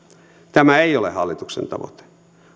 tämä ei ole hallituksen tavoite